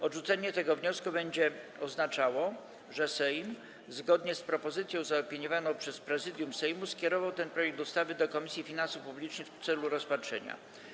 Odrzucenie tego wniosku będzie oznaczało, że Sejm, zgodnie z propozycją zaopiniowaną przez Prezydium Sejmu, skierował ten projekt ustawy do Komisji Finansów Publicznych w celu rozpatrzenia.